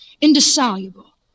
indissoluble